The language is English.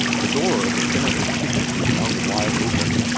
the door of the tenantless chicken-coop hung wide open.